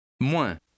Moins